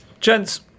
Gents